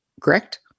correct